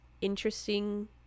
interesting